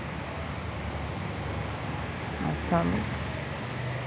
Assam